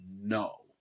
no